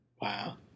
Wow